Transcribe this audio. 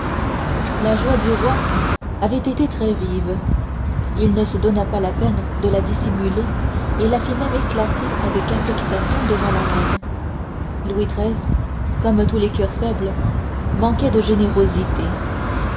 la joie du roi avait été très vive il ne se donna pas la peine de la dissimuler et la fit même éclater avec affectation devant la reine louis xiii comme tous les coeurs faibles manquait de générosité